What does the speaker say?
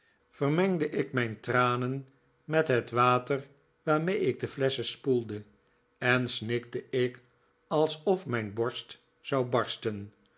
vermengde ik mijn tranen met het water waarmee ik de flesschen spoelde en snikte ik also mijn borst zou barsten